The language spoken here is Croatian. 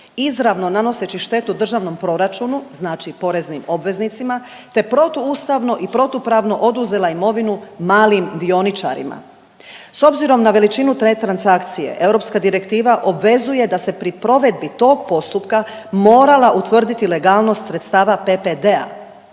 izravno nanoseći štetu državnom proračunu, znači poreznim obveznicima, te protu ustavno i protupravno oduzela imovinu malim dioničarima. S obzirom na veličinu te transakcije europska direktiva obvezuje da se pri provedbi tog postupka morala utvrditi legalnost sredstava PPD-a,